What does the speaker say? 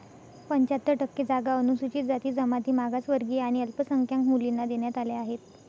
पंच्याहत्तर टक्के जागा अनुसूचित जाती, जमाती, मागासवर्गीय आणि अल्पसंख्याक मुलींना देण्यात आल्या आहेत